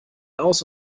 aus